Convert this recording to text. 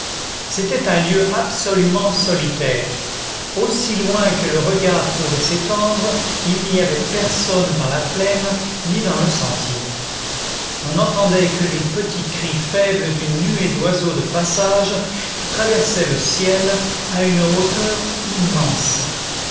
c'était un lieu absolument solitaire aussi loin que le regard pouvait s'étendre il n'y avait personne dans la plaine ni dans le sentier on n'entendait que les petits cris faibles d'une nuée d'oiseaux de passage qui traversaient le ciel à une hauteur immense